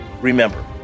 Remember